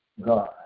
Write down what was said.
God